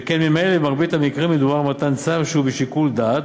שכן ממילא במרבית המקרים מדובר במתן צו שהוא בשיקול דעת.